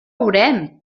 veurem